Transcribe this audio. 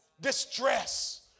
Distress